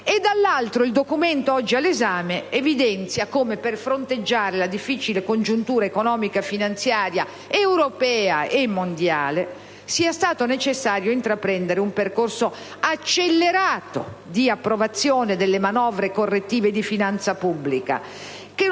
e, dall'altro, il documento oggi all'esame evidenzia come, per fronteggiare la difficile congiuntura economica e finanziaria, europea e mondiale, sia stato necessario intraprendere un percorso accelerato di approvazione delle manovre correttive di finanza pubblica, che non ha